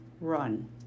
Run